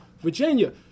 Virginia